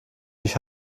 mich